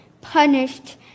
punished